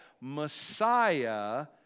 Messiah